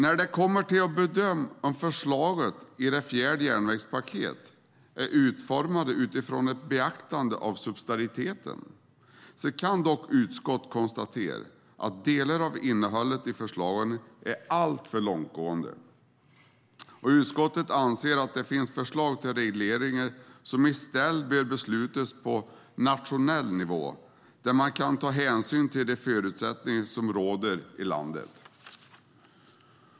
När det kommer till att bedöma om förslagen i det fjärde järnvägspaketet är utformade utifrån ett beaktande av subsidiariteten kan dock utskottet konstatera att delar av innehållet i förslagen är alltför långtgående, och utskottet anser att det finns förslag till regleringar som i stället bör beslutas på nationell nivå där man kan ta hänsyn till de förutsättningar som råder i landet.